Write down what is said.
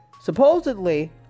Supposedly